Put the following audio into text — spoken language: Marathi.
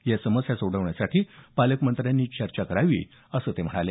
या समस्या सोडवण्यासाठी पालकमंत्र्यांनी चर्चा करावी असं ते म्हणाले